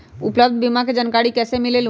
उपलब्ध बीमा के जानकारी कैसे मिलेलु?